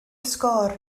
sgôr